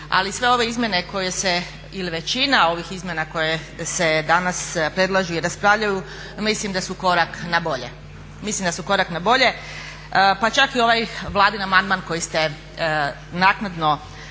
ali sve ove izmjene koje se ili većina ovih izmjena koje se danas predlažu i raspravljaju mislim da su korak nabolje. Pa čak i ovaj Vladin amandman koji ste naknadno